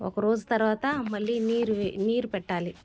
ఒక రోజు తర్వాత మళ్లీ నీరు నీరు పెట్టాలి